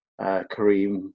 Kareem